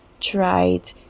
tried